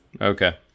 Okay